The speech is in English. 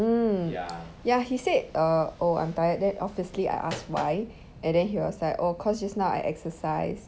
mm ya he said err oh I'm tired then obviously I asked why and then he was like oh cause just now I exercised